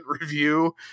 review